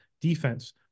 defense